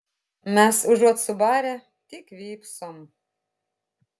mes užuot subarę tik vypsom